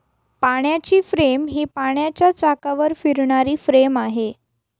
पाण्याची फ्रेम ही पाण्याच्या चाकावर फिरणारी फ्रेम आहे